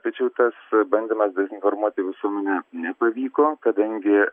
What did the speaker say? tačiau tas bandymas dezinformuoti visuomenę nepavyko kadangi